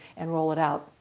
and roll it out.